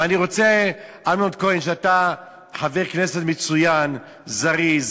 ואני רוצה, אמנון כהן, ואתה חבר כנסת מצוין, זריז,